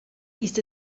ist